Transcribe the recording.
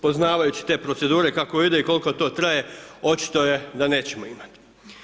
Poznavajući te procedure kako ide i koliko to traje, očito je da nećemo imati.